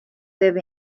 live